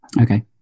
Okay